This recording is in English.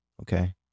Okay